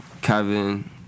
Kevin